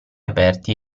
aperti